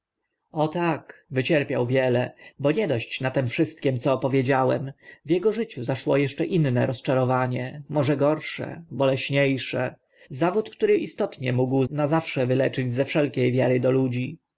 tak wycierpiał wiele bo nie dość na tym wszystkim co opowiedziałem w ego życiu zaszło eszcze inne rozczarowanie może gorsze boleśnie sze zawód który istotnie mógł na zawsze wyleczyć ze wszelkie wiary do ludzi